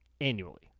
annually